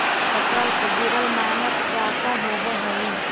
फसल से जुड़ल मानक का का होव हइ?